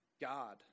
God